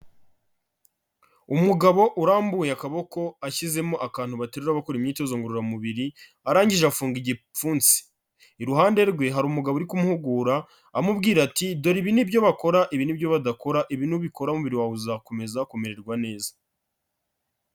Umugabo urambuye akaboko ashyizemo akantu baterura bakora imyitozo ngororamubiri, arangije afunga igipfunsi. Iruhande rwe hari umugabo uri kumuhugura amubwira ati "Dore ibi ni byo bakora, ibi ni byo badakora, ibi nubikora umubiri wawe uzakomeza kumererwa neza."